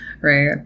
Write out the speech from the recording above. Right